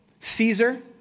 Caesar